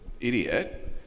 idiot